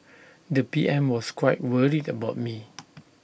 the P M was quite worried about me